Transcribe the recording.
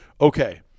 okay